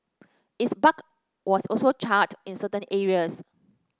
its bark was also charred in certain areas